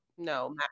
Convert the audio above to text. No